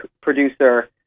producer